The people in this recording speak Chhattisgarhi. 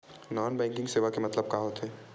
नॉन बैंकिंग सेवा के मतलब का होथे?